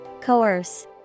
Coerce